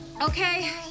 Okay